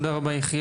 תודה רבה, יחיאל.